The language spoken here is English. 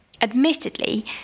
Admittedly